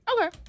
Okay